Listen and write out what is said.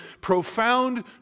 profound